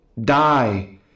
Die